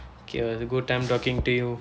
okay it was a good time talking to you